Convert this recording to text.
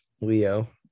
Leo